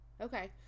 Okay